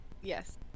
Yes